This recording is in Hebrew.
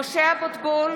משה אבוטבול,